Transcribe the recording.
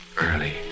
Early